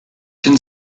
den